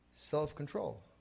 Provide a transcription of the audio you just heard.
Self-control